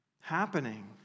happening